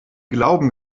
glauben